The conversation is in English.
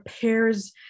pairs